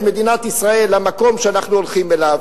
מדינת ישראל למקום שאנחנו הולכים אליו,